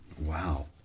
Wow